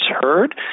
heard